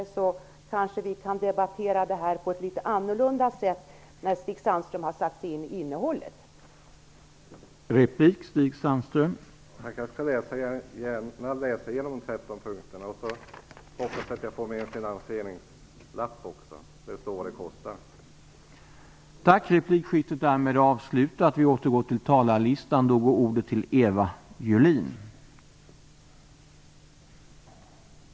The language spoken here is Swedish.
När Stig Sandström har satt sig in i innehållet kanske vi kan debattera detta på ett litet annorlunda sätt.